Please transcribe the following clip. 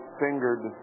fingered